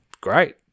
great